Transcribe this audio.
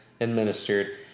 administered